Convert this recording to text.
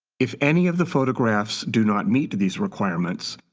if any of the photographs do not meet these requirements,